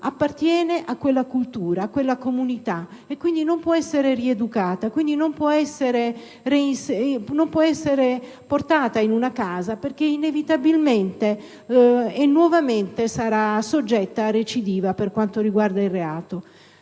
appartiene a quella cultura e a quella comunità, quindi non può essere rieducata, non può essere portata in una casa perché, inevitabilmente e nuovamente, sarebbe soggetta a recidiva per quanto riguarda il reato.